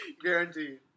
Guaranteed